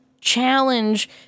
challenge